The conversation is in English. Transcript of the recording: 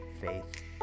faith